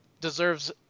deserves